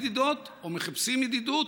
מחפשים יְדִידוֹת או מחפשים יְדִידוּת,